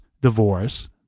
divorce